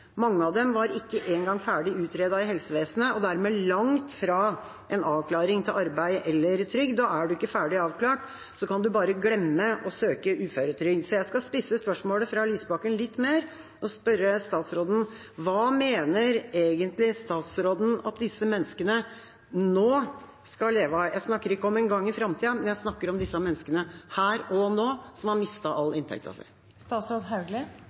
Mange av dem var ikke engang ferdig utredet i helsevesenet og dermed langt fra en avklaring til arbeid eller trygd. Er man ikke ferdig avklart, kan man bare glemme å søke uføretrygd. Jeg skal spisse spørsmålet fra Lysbakken litt mer og spørre statsråden: Hva mener egentlig statsråden at disse menneskene nå skal leve av? Jeg snakker ikke om en gang i framtida, jeg snakker om disse menneskene her og nå, som har